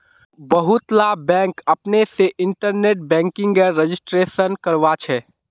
बहुतला बैंक अपने से इन्टरनेट बैंकिंगेर रजिस्ट्रेशन करवाछे